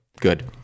good